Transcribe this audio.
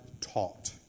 taught